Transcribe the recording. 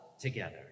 together